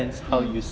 mm